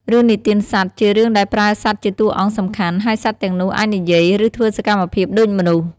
រឿងនិទានសត្វ ជារឿងដែលប្រើសត្វជាតួអង្គសំខាន់ ហើយសត្វទាំងនោះអាចនិយាយ ឬធ្វើសកម្មភាពដូចមនុស្ស ។